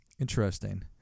Interesting